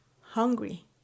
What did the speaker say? hungry